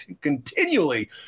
continually